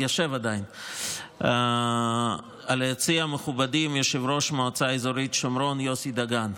יושב עדיין ביציע המכובדים יושב-ראש המועצה האזורית שומרון יוסי דגן.